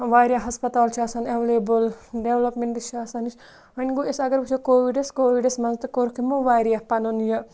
واریاہ ہَسپَتال چھِ آسان اٮ۪وٮ۪لیبٕل ڈیولَپمٮ۪نٛٹٕز چھِ آسان وۄنۍ گوٚو أسۍ اگر وٕچھو کووِڈَس کووِڈَس منٛز تہٕ کوٚرُکھ یِمو واریاہ پَنُن یہِ